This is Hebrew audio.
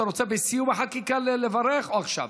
אתה רוצה בסיום החקיקה לברך או עכשיו?